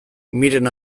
miren